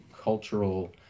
cultural